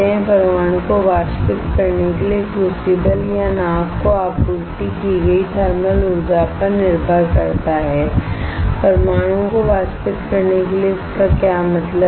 यह परमाणुओं को वाष्पित करने के लिए क्रूसिबल या नाव को आपूर्ति की गई थर्मल ऊर्जा पर निर्भर करता है परमाणुओं को वाष्पित करने के लिए इसका क्या मतलब है